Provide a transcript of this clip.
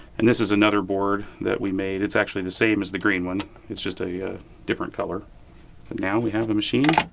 and this is another board that we made. it's actually the same as the green one. it's just a different color. and now we have a machine